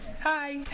Hi